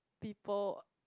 people